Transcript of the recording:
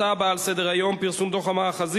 הנושא הבא על סדר-היום: פרסום דוח המאחזים,